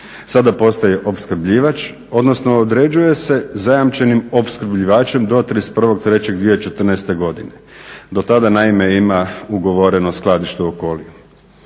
sada postaje opskrbljivač odnosno određuje se zajamčenim opskrbljivačem do 31.03.2014. godine do tada naime ima ugovoreno skladište OKOLI.